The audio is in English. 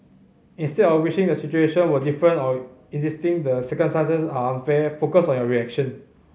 instead of wishing the situation were different or insisting the circumstances are unfair focus on your reaction